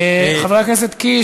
חבר הכנסת קיש.